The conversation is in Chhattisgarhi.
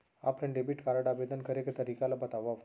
ऑफलाइन डेबिट कारड आवेदन करे के तरीका ल बतावव?